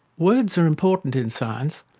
words are important in science,